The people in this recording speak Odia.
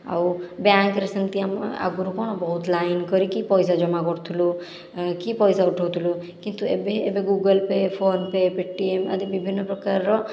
ଆଉ ବ୍ୟାଙ୍କରେ ସେମିତି ଆମେ ଆଗରୁ କ'ଣ ବହୁତ ଲାଇନ କରିକି ପଇସା ଜମା କରୁଥିଲୁ କି ପଇସା ଉଠୋଉଥିଲୁ କିନ୍ତୁ ଏବେ ଏବେ Google Pay' PhonePe' Paytm ଆଦି ବିଭିନ୍ନ ପ୍ରକାରର